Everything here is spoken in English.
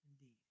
indeed